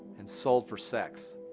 and sold for sex.